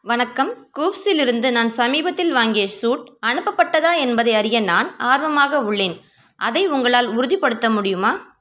வணக்கம் நான் கூவ்ஸிலிருந்து நான் சமீபத்தில் வாங்கிய சூட் அனுப்பப்பட்டதா என்பதை அறிய நான் ஆர்வமாக உள்ளேன் அதை உங்களால் உறுதிப்படுத்த முடியுமா